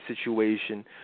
situation